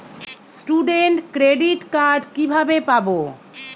Student credit card কিভাবে পাব?